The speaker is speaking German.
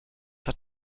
hat